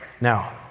Now